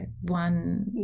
one